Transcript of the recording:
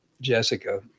Jessica